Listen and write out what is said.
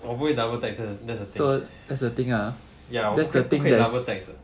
我不会 double text 的 that's the thing ya 我不可以 double text